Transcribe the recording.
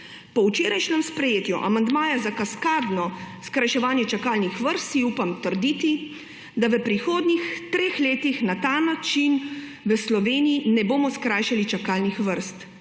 Po včerajšnjem sprejetju amandmaja za kaskadno skrajševanje čakalnih vrst si upam trditi, da v prihodnjih treh letih na ta način v Sloveniji ne bomo skrajšali čakalnih vrst,